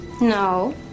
No